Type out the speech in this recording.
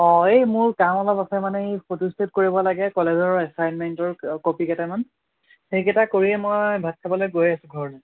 অঁ এই মোৰ কাম অলপ আছে মানে এই ফটোষ্টেট কৰিব লাগে কলেজৰ এচাইনমেন্টৰ কপিকেটামান সেইকেইটা কৰিয়েই মই ভাত খাবলৈ গৈ আছো ঘৰলৈ